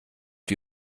die